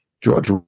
George